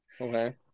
Okay